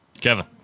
kevin